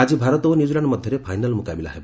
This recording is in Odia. ଆଜି ଭାରତ ଓ ନିଉଜିଲାଣ୍ଡ ମଧ୍ୟରେ ଫାଇନାଲ୍ ମୁକାବିଲା ହେବ